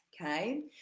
okay